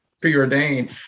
preordained